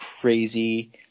crazy